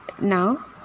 Now